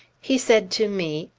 he said to me,